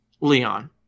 Leon